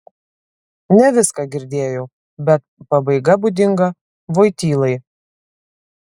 ne viską girdėjau bet pabaiga būdinga voitylai